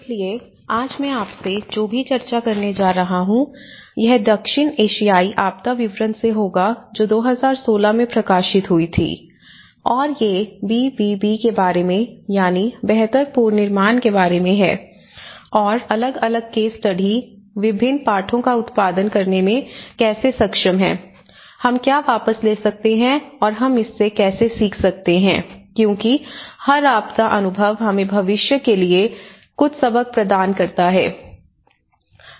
इसलिए आज मैं आपसे जो भी चर्चा करने जा रहा हूंयह दक्षिण एशियाई आपदा विवरण से होगा जो 2016 में प्रकाशित हुई थी और ये बी बी बी के बारे में यानी बेहतर पूर्ण निर्माण के बारे में है और अलग अलग केस स्टडी विभिन्न पाठों का उत्पादन करने में कैसे सक्षम हैं हम क्या वापस ले सकते हैं और हम इससे कैसे सीख सकते हैं क्योंकि हर आपदा अनुभव हमें भविष्य के लिए कुछ सबक प्रदान करता है